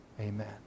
Amen